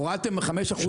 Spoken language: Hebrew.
הורדתם 5%,